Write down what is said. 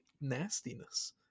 nastiness